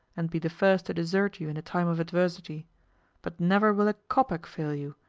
and be the first to desert you in a time of adversity but never will a kopeck fail you,